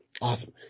Awesome